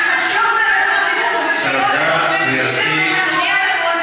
אדוני היושב-ראש, יושבים פה אנשים מאוד